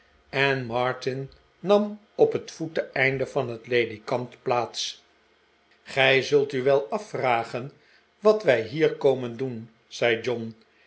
en martin nam op het voeteneinde van het ledikant plaats gij zult u wel afvragen r wat wij hier komen doen zei john